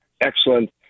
excellent